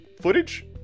footage